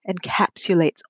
encapsulates